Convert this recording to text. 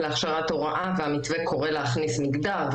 להכשרת הוראה והמתווה קורא להכניס מגדר,